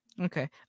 Okay